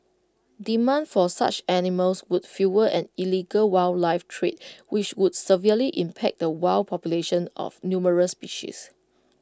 demand for such animals would fuel an illegal wildlife trade which would severely impact the wild populations of numerous species